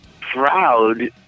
proud